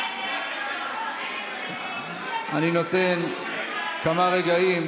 אני נותן כמה רגעים,